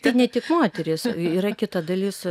tai ne tik moterys yra kita dalis